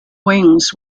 wings